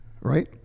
right